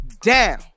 down